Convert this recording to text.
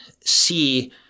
see